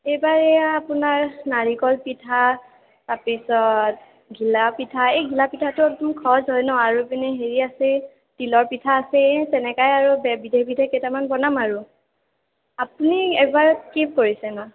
এইবাৰ এয়া আপোনাৰ নাৰিকল পিঠা তাৰপিছত ঘিলা পিঠা এই ঘিলা পিঠাটো একদম খৰছ হয় ন আৰু ইপিনে হেৰি আছেই তিলৰ পিঠা আছেই তেনেকাই আৰু বে বিধে বিধে কেইটামান বনাম আৰু আপুনি এইবাৰ কি কৰিছেনো